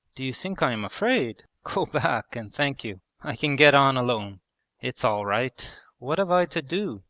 do you think i am afraid? go back, and thank you. i can get on alone it's all right! what have i to do?